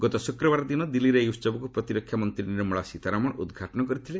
ଗତ ଶୁକ୍ରବାର ଦିନ ଦିଲ୍ଲୀଠାରେ ଏହି ଉସବକୁ ପ୍ରତିରକ୍ଷା ମନ୍ତ୍ରୀ ନିର୍ମଳା ସୀତାରମଣ ଉଦ୍ଘାଟନ କରିଥିଲେ